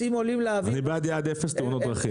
אני בעד יעד אפס תאונות דרכים.